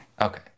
Okay